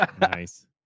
Nice